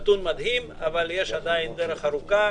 מדובר בנתון מדהים אבל יש עדיין דרך ארוכה.